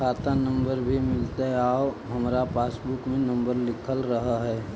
खाता नंबर भी मिलतै आउ हमरा पासबुक में नंबर लिखल रह है?